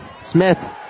Smith